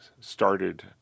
started